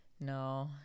No